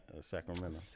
Sacramento